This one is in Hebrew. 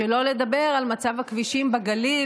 שלא לדבר על מצב הכבישים בגליל,